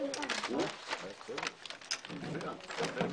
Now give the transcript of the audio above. בשעה 11:00.